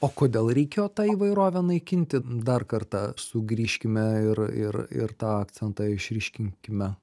o kodėl reikėjo tą įvairovę naikinti dar kartą sugrįžkime ir ir ir tą akcentą išryškinkime